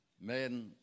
men